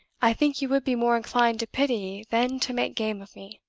i think you would be more inclined to pity than to make game of me.